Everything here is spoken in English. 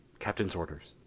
captain's orders.